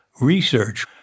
research